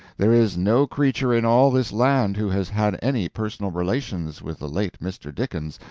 there is no creature in all this land who has had any personal relations with the late mr. dickens,